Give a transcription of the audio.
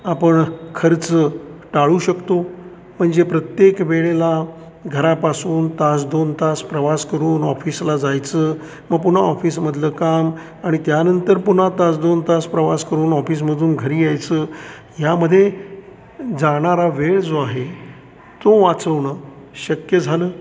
आपण खर्च टाळू शकतो म्हणजे प्रत्येक वेळेला घरापासून तास दोन तास प्रवास करून ऑफिसला जायचं व पुन्हा ऑफिसमधलं काम आणि त्यानंतर पुन्हा तास दोन तास प्रवास करून ऑफिसमधून घरी यायचं ह्यामध्ये जाणारा वेळ जो आहे तो वाचवणं शक्य झालं